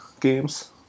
games